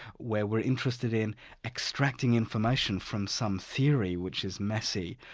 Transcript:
where we're interested in extracting information from some theory which is messy,